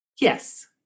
Yes